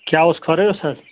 کیاہ اوس خٲرٕے اوس حظ